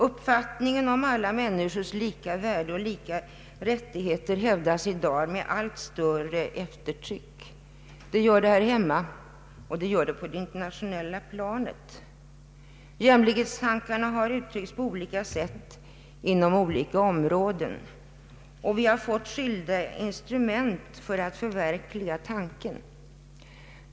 Uppfattningen om alla människors lika värde och lika rättigheter hävdas i dag med allt större eftertryck. Det gör man både här hemma och på det internationella planet. Jämlikhetstankarna har uttrycks på olika sätt inom olika områden. Vi har fått skilda instrument för att förverkliga tanken.